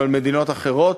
אבל מדינות אחרות,